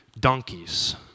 Donkeys